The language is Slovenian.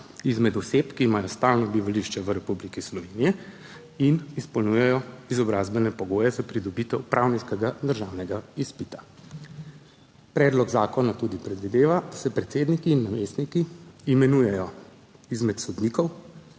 izmed oseb, ki imajo stalno bivališče v Republiki Sloveniji in izpolnjujejo izobrazbene pogoje za pridobitev pravniškega državnega izpita. Predlog zakona tudi predvideva, da se predsedniki in namestniki imenujejo izmed sodnikov,